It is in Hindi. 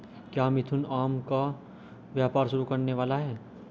क्या मिथुन आम का व्यापार शुरू करने वाला है?